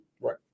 right